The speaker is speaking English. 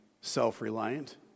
self-reliant